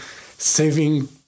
saving